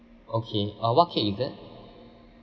okay uh what cake is that